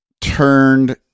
turned